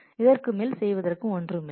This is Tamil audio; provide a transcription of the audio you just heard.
இதற்குமேல் செய்வதற்கு ஒன்றுமில்லை